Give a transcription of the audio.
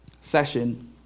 session